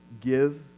give